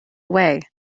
away